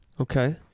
okay